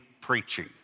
preaching